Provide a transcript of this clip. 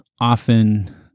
often